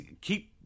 keep